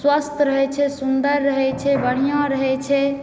स्वस्थ रहैत छै सुन्दर रहैत छै बढ़िआँ रहैत छै